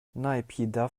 naypyidaw